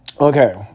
Okay